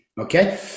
okay